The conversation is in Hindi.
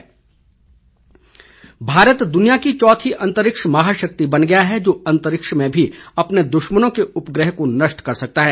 धुमल भारत दुनिया की चौथी अंतरिक्ष महाशक्ति बन गया है जो अंतरिक्ष में भी अपने दुश्मन के उपग्रह को नष्ट कर सकता है